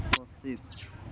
পঁচিছ